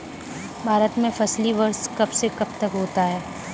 भारत में फसली वर्ष कब से कब तक होता है?